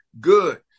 good